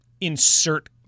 insert